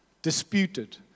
disputed